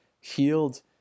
healed